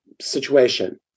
situation